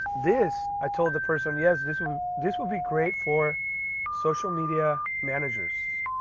this i told the person yes, this will this will be great for social media managers,